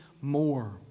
more